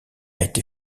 été